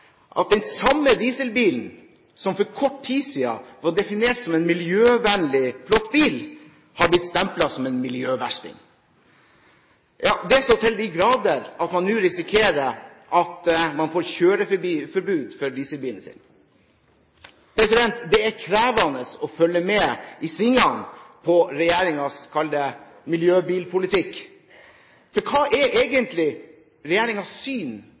at den samme dieselbilen som for kort tid siden var definert som en miljøvennlig flott bil, har blitt stemplet som en miljøversting – ja det så til de grader at man nå risikerer at man får kjøreforbud for dieselbiler. Det er krevende å følge med i svingene på regjeringens miljøbilpolitikk – kall det det. For hva er egentlig regjeringens syn